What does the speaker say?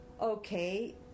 Okay